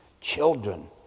Children